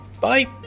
Bye